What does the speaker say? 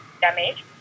damage